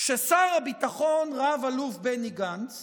שר הביטחון רב-אלוף בני גנץ